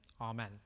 Amen